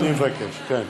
אני מבקש, כן.